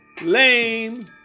lame